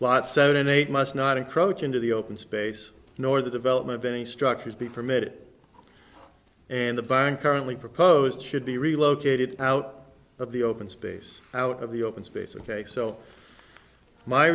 lot seven eight must not encroach into the open space nor the development of any structures be permitted and the barn currently proposed should be relocated out of the open space out of the open space ok so my